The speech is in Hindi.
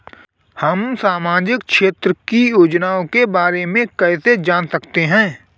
हम सामाजिक क्षेत्र की योजनाओं के बारे में कैसे जान सकते हैं?